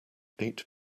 eight